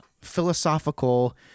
philosophical